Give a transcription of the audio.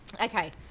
Okay